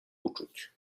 uczuć